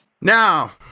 Now